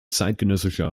zeitgenössischer